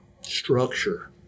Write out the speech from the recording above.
structure